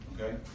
Okay